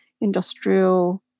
industrial